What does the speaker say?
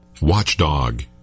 watchdog